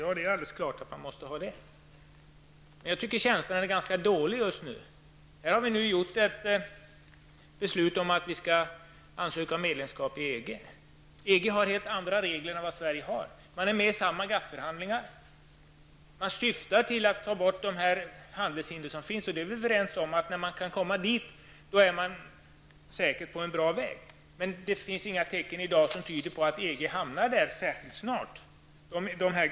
Ja, det är alldeles klart att det måste vara så. Men jag tycker att det är ganska dåligt ställt med den känslan just nu. Det finns ju ett beslut om att Sverige skall ansöka om medlemskap i EG. Men EG har helt andra regler än vad vi i Sverige har. Man är med i samma GATT-förhandlingar. Man syftar till ett borttagande av de handelshinder som finns. När man kommer dithän -- och det är vi alla överens om -- har man säkert slagit in på en bra väg. Men det finns inga tecken i dag på att EG kommer att hamna där inom en snar framtid.